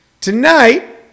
tonight